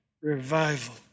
revival